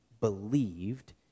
believed